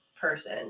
person